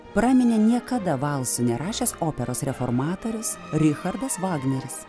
praminė niekada valsų nerašęs operos reformatorius richardas vagneris